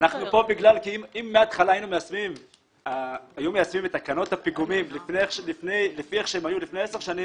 אם מהתחלה היו מיישמים את תקנות הפיגומים כפי שהן היו לפני עשר שנים,